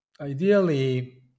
ideally